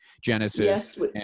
Genesis